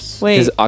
Wait